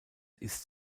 ist